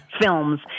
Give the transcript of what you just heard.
films